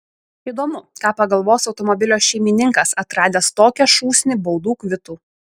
įdomu ką pagalvos automobilio šeimininkas atradęs tokią šūsnį baudų kvitų